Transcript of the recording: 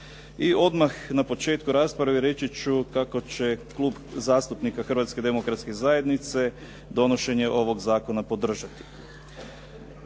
I odmah na početku rasprave reći ću kako će Klub zastupnika Hrvatske demokratske zajednice donošenje ovog zakona podržati.